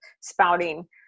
spouting